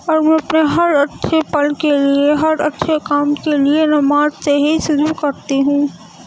اور میں اپنے ہر اچھے پل کے لیے ہر اچھے کام کے لیے نماز سے ہی شروع کرتی ہوں